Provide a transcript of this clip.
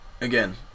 again